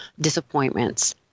disappointments